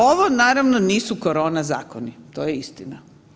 Ovo naravno nisu korona zakoni to je istina.